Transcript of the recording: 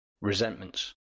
Resentments